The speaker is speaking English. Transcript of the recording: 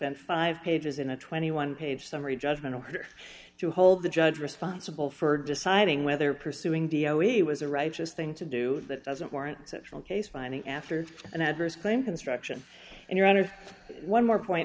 spent five pages in a twenty one dollars page summary judgment order to hold the judge responsible for deciding whether pursuing d o e was a righteous thing to do that doesn't warrant central case finding after an adverse claim construction and you're under one more